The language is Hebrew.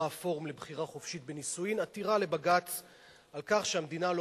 "הפורום לבחירה חופשית בנישואים" עתירה לבג"ץ על כך שהמדינה לא